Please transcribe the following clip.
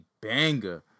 banger